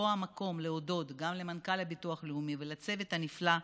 ופה המקום להודות גם למנכ"ל הביטוח הלאומי ולצוות הנפלא.